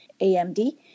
AMD